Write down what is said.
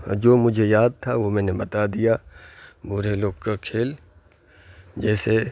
جو مجھے یاد تھا وہ میں نے بتا دیا بوڑھے لوگ کا کھیل جیسے